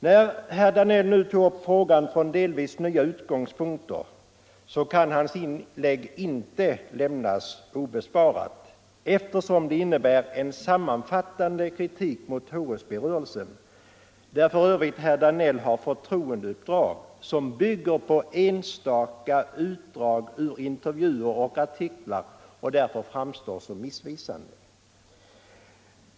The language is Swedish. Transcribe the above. När herr Danell nu tog upp frågan från delvis nya utgångspunkter kan hans inlägg inte lämnas obesvarat, eftersom det innebär en sammanfattande kritik mot HSB-rörelsen, där för övrigt herr Danell har förtroendeuppdrag. Derr Danells kritik bygger på enstaka utdrag ur intervjuer och artiklar och är därför missvisande.